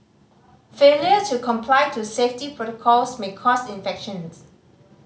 failure to comply to safety protocols may cause infections